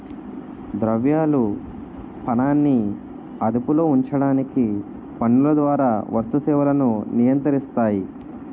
ద్రవ్యాలు పనాన్ని అదుపులో ఉంచడానికి పన్నుల ద్వారా వస్తు సేవలను నియంత్రిస్తాయి